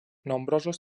nombrosos